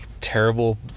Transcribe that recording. terrible